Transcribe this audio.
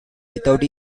without